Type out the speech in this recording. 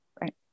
Right